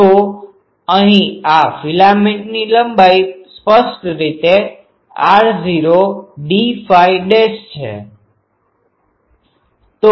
તો અહીં આ ફિલામેન્ટની લંબાઈ સ્પષ્ટ રીતે r0d φ r0 d phi dash છે